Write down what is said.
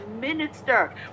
minister